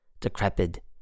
decrepit